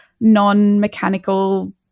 non-mechanical